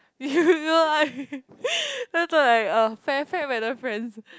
you I then I thought like uh fair fair weather friends